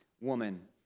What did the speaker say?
woman